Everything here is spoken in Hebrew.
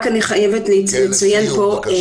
רק אני חייבת לציין פה -- לסיום, בבקשה.